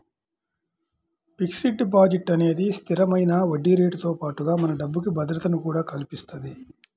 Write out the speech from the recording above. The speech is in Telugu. ఫిక్స్డ్ డిపాజిట్ అనేది స్థిరమైన వడ్డీరేటుతో పాటుగా మన డబ్బుకి భద్రతను కూడా కల్పిత్తది